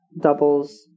doubles